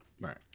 Right